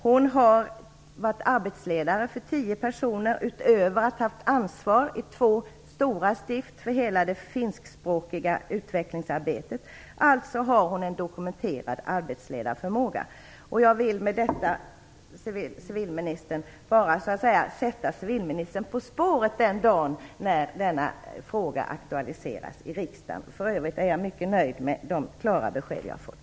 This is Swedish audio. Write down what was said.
Vidare har hon varit arbetsledare för tio personer utöver att hon haft ansvaret i två stora stift för hela det finskspråkiga utvecklingsarbetet. Alltså har den här kvinnan en dokumenterad arbetsledarförmåga. Med detta vill jag bara "sätta civilministern på spåret" med tanke på den dag då det här aktualiseras i riksdagen. För övrigt är jag mycket nöjd med de klara besked som jag har fått.